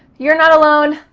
you're not alone.